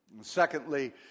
Secondly